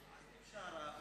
עזמי בשארה,